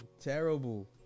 Terrible